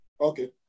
Okay